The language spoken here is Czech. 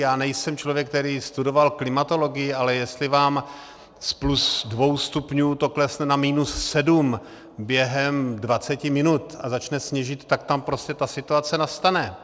Já nejsem člověk, který studoval klimatologii, ale jestli vám z plus dvou stupňů to klesne na minus sedm během 20 minut a začne sněžit, tak tam prostě ta situace nastane.